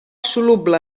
soluble